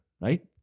right